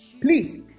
please